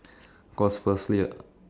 because firstly